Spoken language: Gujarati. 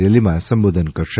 રેલીમાં સંબોધન કરશે